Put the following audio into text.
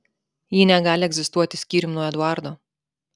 ji negali egzistuoti skyrium nuo eduardo